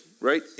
right